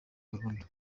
burundu